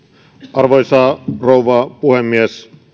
arvoisa rouva puhemies